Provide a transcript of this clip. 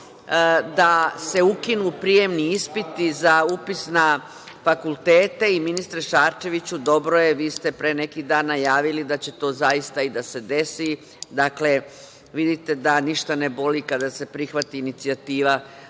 da se ukinu prijemni ispiti za upis na fakultete. Ministre Šarčeviću, dobro je, vi ste pre neki dan najavili da će to zaista i da se desi. Dakle, vidite da ništa ne boli kada se prihvati inicijativa